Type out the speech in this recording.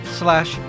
slash